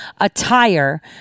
attire